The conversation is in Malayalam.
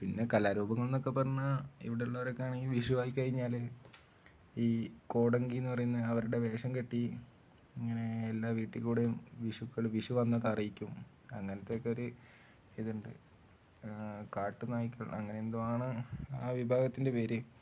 പിന്നെ കലാരൂപങ്ങൾ എന്നൊക്കെ പറഞ്ഞാൽ ഇവിടെ ഉള്ളവരൊക്കെ ആണെങ്കിൽ വിഷു ആയി കഴിഞ്ഞാൽ ഈ കോടങ്ങി എന്ന് പറയുന്ന അവരുടെ വേഷം കെട്ടി ഇങ്ങനെ എല്ലാ വീട്ടിൽ കൂടെയും വിഷുക്കൾ വിഷു വന്നത് അറിയിക്കും അങ്ങനത്തെ ഒക്കെ ഒരു ഇത് ഉണ്ട് കാട്ടു നായിക്കൾ അങ്ങനെ എന്തോ ആ വിഭാഗത്തിൻ്റെ പേര്